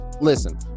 listen